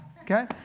okay